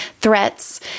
threats